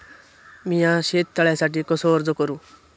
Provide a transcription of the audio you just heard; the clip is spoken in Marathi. मीया शेत तळ्यासाठी कसो अर्ज करू?